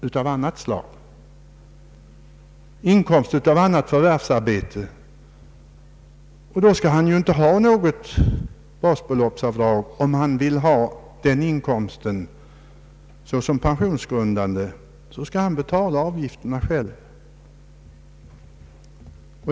Har personen i fråga inkomst av annat förvärvsarbete så blir det inte fråga om något basbeloppsavdrag. Därest han vill att inkomsten skall vara pensionsgrundande, får han betala avgiften själv.